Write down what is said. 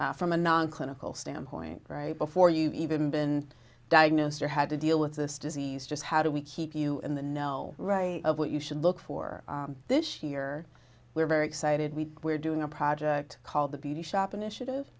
from a non clinical standpoint right before you've even been diagnosed or had to deal with this disease just how do we keep you in the know right of what you should look for this year we're very excited we were doing a project called the beauty shop initiative